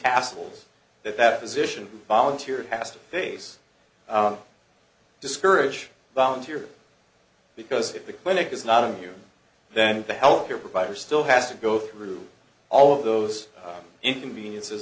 hassles that that position volunteer has to face discourage volunteer because if the clinic is not in him then the health care provider still has to go through all of those inconveniences